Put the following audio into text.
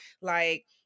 like-